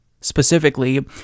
specifically